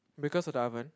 because of the oven